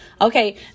Okay